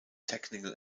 technical